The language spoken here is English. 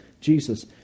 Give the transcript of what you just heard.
Jesus